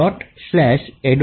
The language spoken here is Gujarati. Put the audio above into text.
out આદેશ ચલાવો